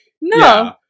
No